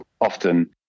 often